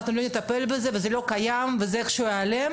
לא נטפל בזה, זה לא קיים ואיכשהו זה ייעלם